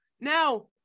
Now